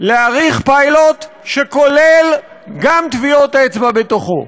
להאריך פיילוט שכולל גם טביעות אצבע בתוכו?